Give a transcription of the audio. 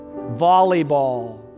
volleyball